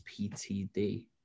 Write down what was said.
ptd